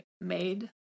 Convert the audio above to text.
made